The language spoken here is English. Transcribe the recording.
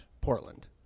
portland